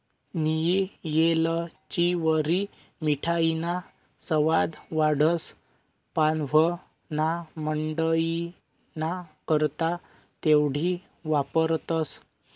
नियी येलचीवरी मिठाईना सवाद वाढस, पाव्हणामंडईना करता तेवढी वापरतंस